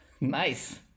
Nice